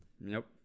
nope